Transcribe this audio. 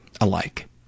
alike